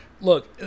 Look